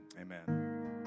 amen